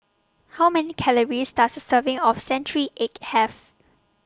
How Many Calories Does A Serving of Century Egg Have